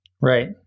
Right